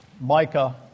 Micah